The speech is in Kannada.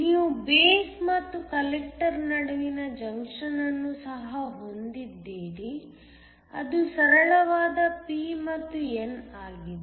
ನೀವು ಬೇಸ್ ಮತ್ತು ಕಲೆಕ್ಟರ್ ನಡುವಿನ ಜಂಕ್ಷನ್ ಅನ್ನು ಸಹ ಹೊಂದಿದ್ದೀರಿ ಅದು ಸರಳವಾದ p ಮತ್ತು n ಆಗಿದೆ